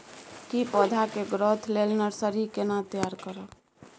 की पौधा के ग्रोथ लेल नर्सरी केना तैयार करब?